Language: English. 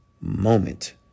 moment